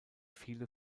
viele